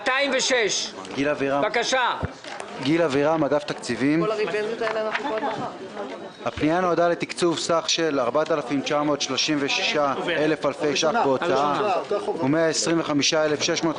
206. הפנייה נועדה לתקצוב סך של 4,936 אלפי ש"ח בהוצאה ו-125,650